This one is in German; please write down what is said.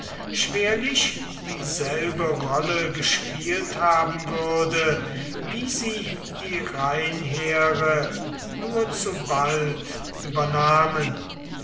schwerlich dieselbe rolle gespielt haben würde wie sie die rheinheere nur zu bald übernahmen